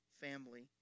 family